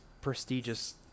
prestigious